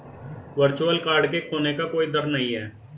virtual card के खोने का कोई दर नहीं है